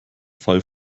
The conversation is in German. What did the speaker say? fall